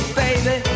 baby